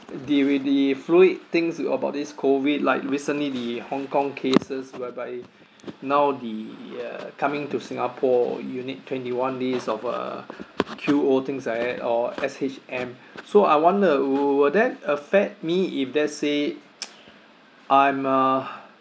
the with the fluid things about this COVID like recently the hong kong cases whereby now the uh coming to singapore you need twenty one days of a Q_O things like that or S_H_N so I wonder will will that affect me if let's say I'm uh